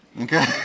Okay